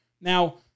Now